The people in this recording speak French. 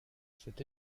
cet